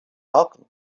welcomed